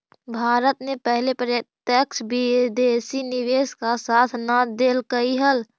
भारत ने पहले प्रत्यक्ष विदेशी निवेश का साथ न देलकइ हल